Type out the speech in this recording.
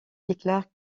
déclarent